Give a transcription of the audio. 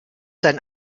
sein